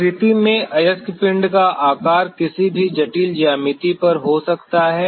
प्रकृति में अयस्क पिंड का आकार किसी भी जटिल ज्यामिति पर हो सकता है